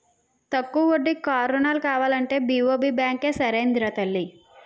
తక్కువ వడ్డీకి కారు రుణాలు కావాలంటే బి.ఓ.బి బాంకే సరైనదిరా తల్లీ